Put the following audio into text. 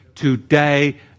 Today